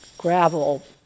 gravel